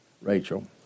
Rachel